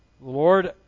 Lord